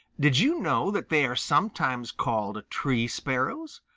did you know that they are sometimes called tree sparrows?